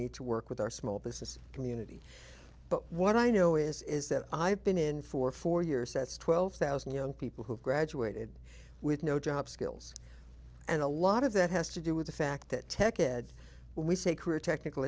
need to work with our small business community but what i know is is that i've been in for four years that's twelve thousand young people who've graduated with no job skills and a lot of that has to do with the fact that tech ed we say career technical